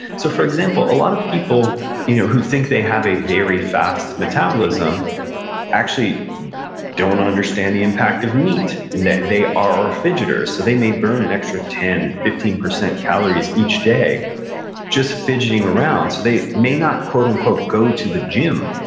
so for example, a lot of people you know who think they have a very fast metabolism actually don't understand the impact of neat, that they are fidgeters. so they may burn an extra ten, fifteen percent calories each day just fidgeting around so they may not quote unquote go to the gym,